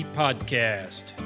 podcast